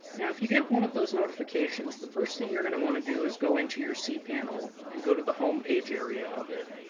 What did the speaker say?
now, if you get one of those notifications, the first thing you're going to want to do is go into your cpanel, and go to the homepage area of it,